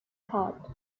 hart